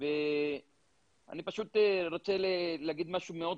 בוא תכפיל כל אחד בחמישה, שישה,